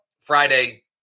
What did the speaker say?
Friday